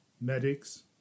medics